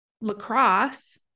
lacrosse